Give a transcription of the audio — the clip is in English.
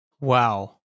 Wow